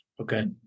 Okay